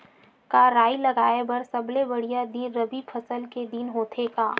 का राई लगाय बर सबले बढ़िया दिन रबी फसल के दिन होथे का?